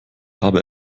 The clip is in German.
habe